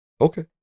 Okay